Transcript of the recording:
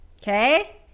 okay